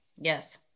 Yes